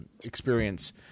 experience